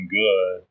good